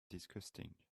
disgusting